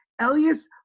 Elias